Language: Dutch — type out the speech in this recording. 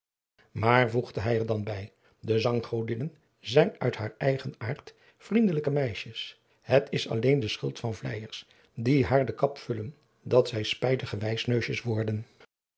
maar voegde hij er dan bij de zanggodinnen zijn uit haar eigen aard vriendelijke meisjes het is alleen de schuld van vleijers die haar de kap vullen dat zij spijtige wijsneusjes worden